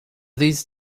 these